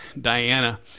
Diana